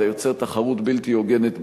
אתה יוצר תחרות בלתי הוגנת בשוק,